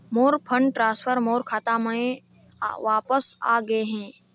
मोर fund transfer मोर खाता म वापस आ गे हे